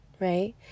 right